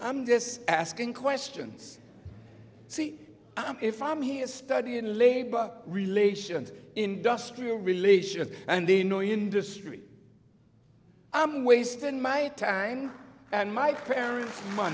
i'm just asking questions see if i'm here studying labor relations industrial relations and the no industry i'm wasting my time and my